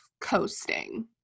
coasting